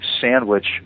sandwich